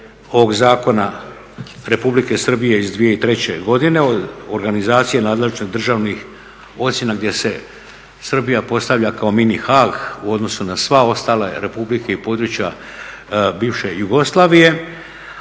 ovog zakona Republike Srbije iz 2003. godine organizacije nadležne državnih ocjena gdje se Srbija postavlja kao mini Haag u odnosu na sve ostale Republike i područja bivše Jugoslavije,